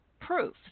proof